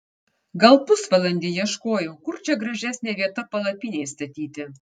gal pusvalandį ieškojau kur čia gražesnė vieta palapinei statyti